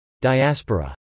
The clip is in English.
Diaspora